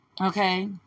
Okay